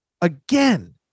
again